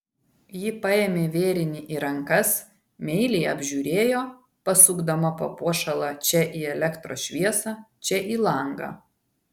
ji paėmė vėrinį į rankas meiliai apžiūrėjo pasukdama papuošalą čia į elektros šviesą čia į langą